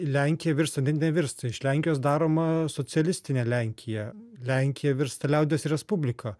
lenkija virsta ne nevirsta iš lenkijos daroma socialistinė lenkija lenkija virsta liaudies respublika